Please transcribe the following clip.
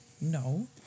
No